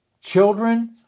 Children